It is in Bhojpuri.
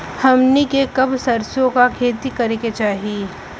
हमनी के कब सरसो क खेती करे के चाही?